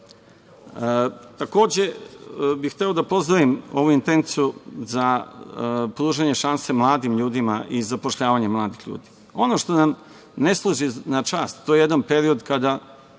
naroda. Takođe bih hteo da pozdravim ovu intenciju za pružanje šanse mladim ljudima i zapošljavanje mladih ljudi. Ono što nam ne služi na čast, to je jedan period kada